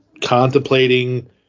contemplating –